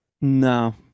No